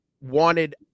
wanted